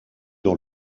dans